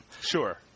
Sure